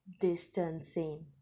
distancing